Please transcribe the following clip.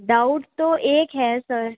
doubt तो एक है सर